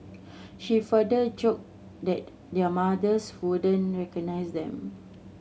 she further joked that their mothers wouldn't recognise them